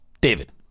David